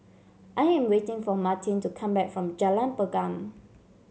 I am waiting for Martin to come back from Jalan Pergam